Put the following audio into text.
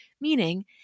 Meaning